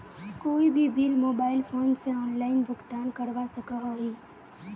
कोई भी bill mobile phone से ऑनलाइन भुगतान करवा सकोहो ही?